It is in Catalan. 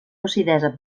lucidesa